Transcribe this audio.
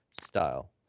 style